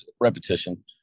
repetition